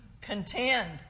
contend